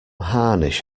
harnish